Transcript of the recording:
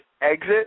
exit